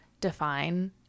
define